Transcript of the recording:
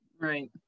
Right